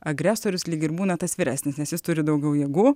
agresorius lyg ir būna tas vyresnis nes jis turi daugiau jėgų